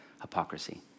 Hypocrisy